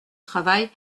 travail